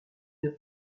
une